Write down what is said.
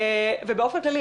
באופן כללי,